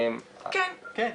כן.